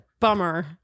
Bummer